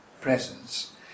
presence